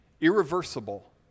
irreversible